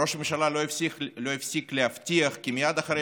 ראש הממשלה לא הפסיק להבטיח כי מייד אחרי